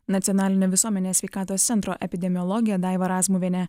nacionalinio visuomenės sveikatos centro epidemiologė daiva razmuvienė